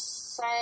say